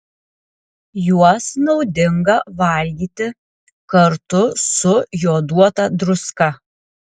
juos naudinga valgyti kartu su joduota druska